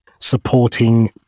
supporting